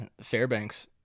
Fairbanks